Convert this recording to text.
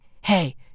hey